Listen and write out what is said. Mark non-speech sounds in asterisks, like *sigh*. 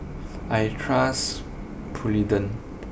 *noise* I trust Polident